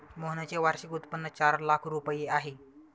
मोहनचे वार्षिक उत्पन्न चार लाख रुपये आहे